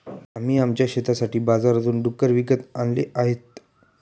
आम्ही आमच्या शेतासाठी बाजारातून डुक्कर विकत आणले आहेत